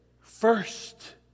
first